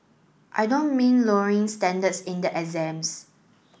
I don't mean lowering standards in the exams